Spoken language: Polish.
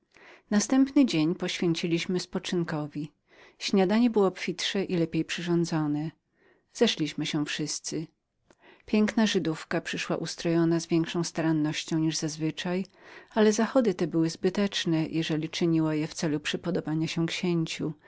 następny dzień poświęciliśmy spoczynkowi śniadanie było obfitsze i lepiej przyrządzone zeszliśmy się wszyscy piękna żydówka przyszła ustrojona z większą starannością ale zachody te były zbyteczne jeżeli czyniła to w celu przypodobania się księciu